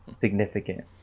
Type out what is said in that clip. significant